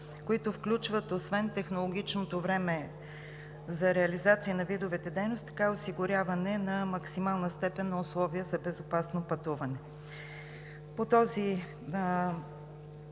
които включват освен технологичното време за реализация на видовете дейност, така и осигуряване на максимална степен на условия за безопасно пътуване. По тази